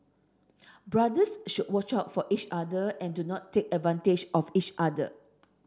brothers should watch out for each other and do not take advantage of each other